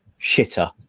shitter